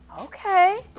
Okay